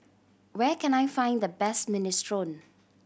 where can I find the best Minestrone